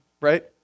right